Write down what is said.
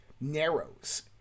narrows